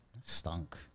Stunk